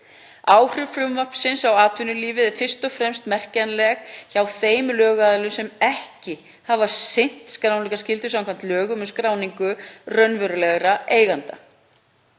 Áhrif frumvarpsins á atvinnulífið eru fyrst og fremst merkjanleg hjá þeim lögaðilum sem ekki hafa sinnt skráningarskyldu samkvæmt lögum um skráningu raunverulegra eigenda.